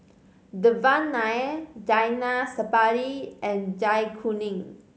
Devan Nair Zainal Sapari and Zai Kuning